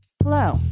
Hello